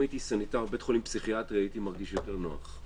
אם הייתי סניטר בבית חולים פסיכיאטרי הייתי מרגיש יותר נוח.